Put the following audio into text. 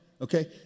okay